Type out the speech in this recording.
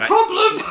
problem